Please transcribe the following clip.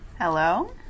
Hello